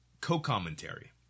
co-commentary